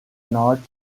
not